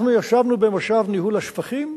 ישבנו במושב ניהול השפכים,